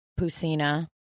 Pusina